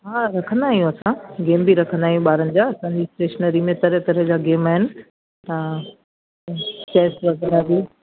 हा रखंदा आहियूं असां गेम बि रखंदा आहियूं ॿारनि जा स्टेशनरी में तरह तरह जा गेम आहिनि हा चैस वग़ैरह बि